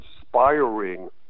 inspiring